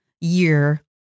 year